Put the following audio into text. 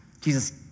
Jesus